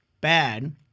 bad